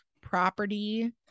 property